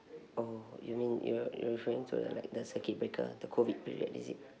oh you mean you're you're referring to the like the circuit breaker the COVID period is it